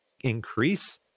increase